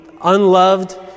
unloved